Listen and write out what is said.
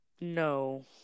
No